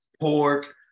pork